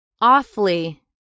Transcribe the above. awfully